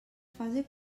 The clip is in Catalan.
fase